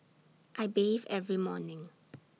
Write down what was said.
I bathe every morning